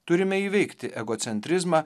turime įveikti egocentrizmą